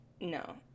no